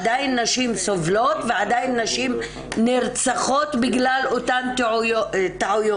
עדיין נשים סובלות ועדיין נשים נרצחות בגלל אותן טעויות.